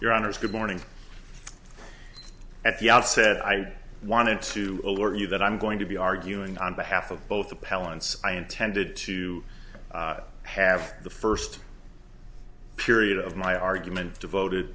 your honour's good morning at the outset i wanted to alert you that i'm going to be arguing on behalf of both appellants i intended to have the first period of my argument devoted